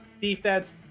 defense